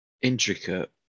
intricate